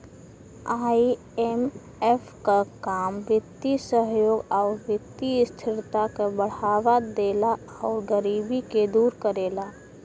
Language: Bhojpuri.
आई.एम.एफ क काम वित्तीय सहयोग आउर वित्तीय स्थिरता क बढ़ावा देला आउर गरीबी के दूर करेला